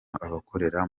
abakorera